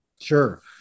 Sure